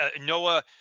Noah